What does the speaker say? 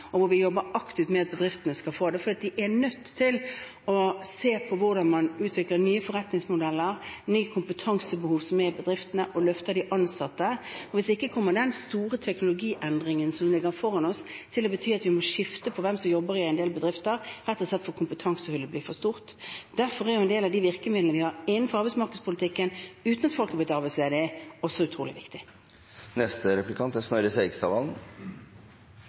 og hvor vi jobber aktivt med at bedriftene skal få det, for de er nødt til å se på hvordan man utvikler nye forretningsmodeller, og nye kompetansebehov som er i bedriftene, og løfter de ansatte. Hvis ikke kommer den store teknologiendringen som ligger foran oss, til å bety at vi må skifte ut hvem som jobber i en del bedrifter, rett og slett fordi kompetansehullet blir for stort. Derfor er en del av de virkemidlene vi har inn fra arbeidsmarkedspolitikken, uten at folk er blitt arbeidsledige, også utrolig viktig. Snorre Serigstad Valen